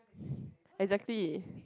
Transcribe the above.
exactly